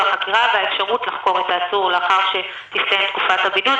החקירה והאפשרות לחקור את העצור לאחר שתסתיים תקופת הבידוד,